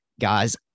guys